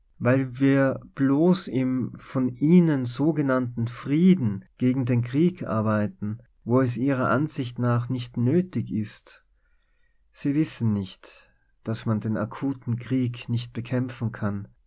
weil wir bloß im von ihnen sogenannten frieden gegen den krieg arbeiten wo es ihrer ansicht nach nicht nötig ist sie wissen nicht daß man den akuten krieg nicht bekämpfen kann